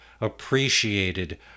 appreciated